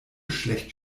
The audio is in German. schlecht